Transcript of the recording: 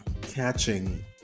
catching